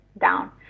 down